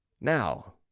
now